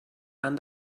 han